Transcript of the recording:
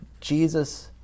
Jesus